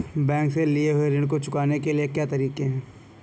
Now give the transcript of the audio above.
Bank से लिए हुए ऋण को चुकाने के क्या क्या तरीके हैं?